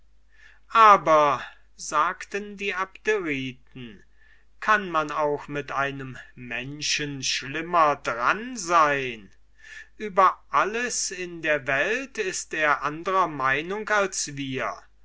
aber sagten die abderiten kann man auch mit einem menschen schlimmer daran sein über alles in der welt ist er andrer meinung als wir